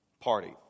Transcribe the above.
party